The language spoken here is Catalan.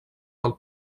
del